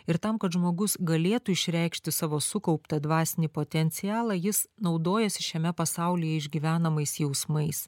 ir tam kad žmogus galėtų išreikšti savo sukauptą dvasinį potencialą jis naudojasi šiame pasaulyje išgyvenamais jausmais